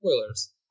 spoilers